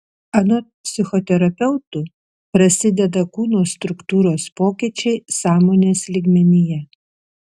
anot psichoterapeutų prasideda kūno struktūros pokyčiai sąmonės lygmenyje